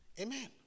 Amen